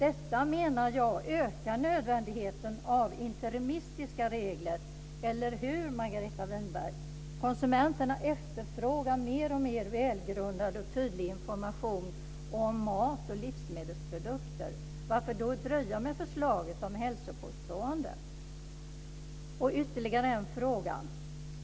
Jag menar att detta ökar nödvändigheten av interimistiska regler. Eller hur, Margareta Winberg? Konsumenterna efterfrågar mer och mer välgrundad och tydlig information om mat och livsmedelsprodukter. Varför då dröja med förslaget om hälsopåståenden? Jag har ytterligare en fråga.